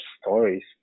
stories